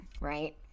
right